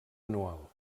anual